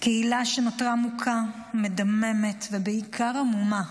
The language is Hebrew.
קהילה שנותרה מוכה, מדממת, ובעיקר המומה.